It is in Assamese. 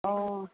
অঁ